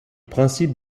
principe